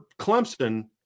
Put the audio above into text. Clemson